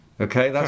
Okay